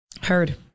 Heard